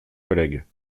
collègues